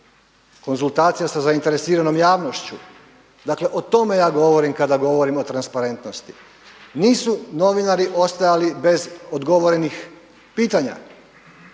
konzultacije sa zainteresiranom javnošću. Dakle o tome ja govorim kada govorim o transparentnosti. Nisu novinari ostajali bez odgovorenih pitanja,